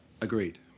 Agreed